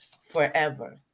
forever